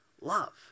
love